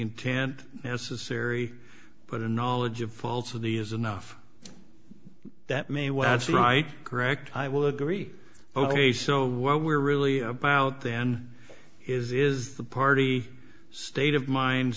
intent necessary but a knowledge of faults of the is enough that may well that's right correct i would agree ok so what we're really about then is is the party state of mind